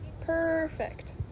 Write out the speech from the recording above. perfect